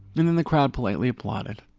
then then the crowd politely applauded.